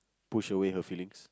push away her feelings